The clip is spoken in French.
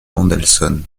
mendelssohn